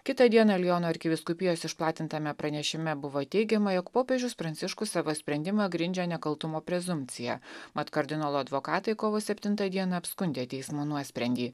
kitą dieną liono arkivyskupijos išplatintame pranešime buvo teigiama jog popiežius pranciškus savo sprendimą grindžia nekaltumo prezumpcija mat kardinolo advokatai kovo septintą dieną apskundė teismo nuosprendį